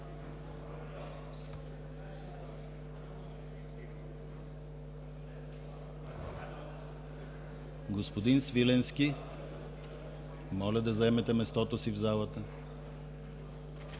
Господин Свиленски, моля да заемете мястото си в залата!